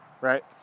right